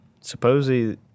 Supposedly